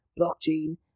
blockchain